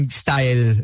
style